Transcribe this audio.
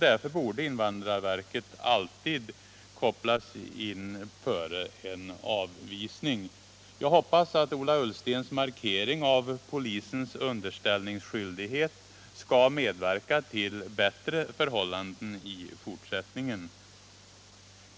Därför borde invandrarverket alltid kopplas in före en avvisning. Jag hoppas att Ola Ullstens markering av polisens underställningsskyldighet skall medverka till bättre förhållanden i fortsättningen.